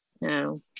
No